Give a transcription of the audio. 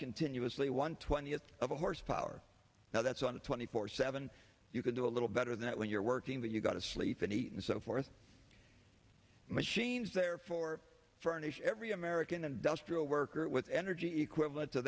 continuously one twentieth of a horsepower now that's on a twenty four seven you can do a little better than that when you're working that you go to sleep and eat and so forth machines there for furnish every american industrial worker with energy equivalent to